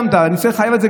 דרך אגב,